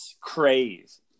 craze